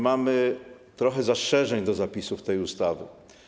Mamy trochę zastrzeżeń do zapisów tej ustawy.